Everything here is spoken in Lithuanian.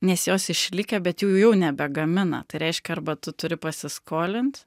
nes jos išlikę bet jų jau nebegamina tai reiškia arba tu turi pasiskolint